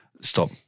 stop